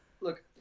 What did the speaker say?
look